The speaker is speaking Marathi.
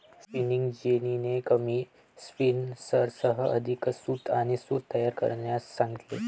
स्पिनिंग जेनीने कमी स्पिनर्ससह अधिक सूत आणि सूत तयार करण्यास सांगितले